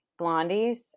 blondies